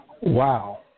Wow